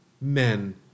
men